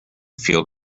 field